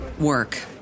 work